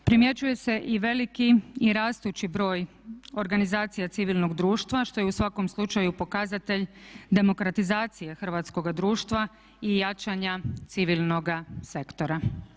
Primjećuje se i veliki i rastući broj organizacija civilnog društva što je u svakom slučaju pokazatelj demokratizacije hrvatskoga društva i jačanja civilnoga sektora.